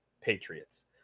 Patriots